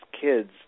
kids